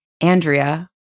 Andrea